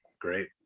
Great